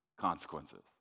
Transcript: consequences